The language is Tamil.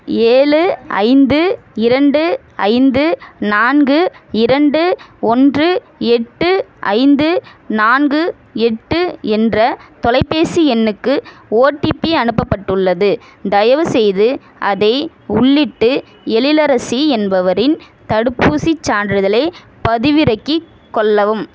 ஏழு ஐந்து இரண்டு ஐந்து நான்கு இரண்டு ஒன்று எட்டு ஐந்து நான்கு எட்டு என்ற தொலைபேசி எண்ணுக்கு ஓடிபி அனுப்பப்பட்டுள்ளது தயவுசெய்து அதை உள்ளிட்டு எழிலரசி என்பவரின் தடுப்பூசிச் சான்றிதழை பதிவிறக்கிக் கொள்ளவும்